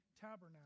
tabernacle